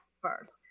first